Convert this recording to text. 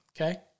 okay